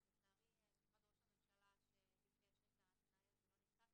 לצערי משרד ראש הממשלה שביקש את התנאי זה לא נמצא כאן,